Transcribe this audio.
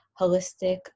holistic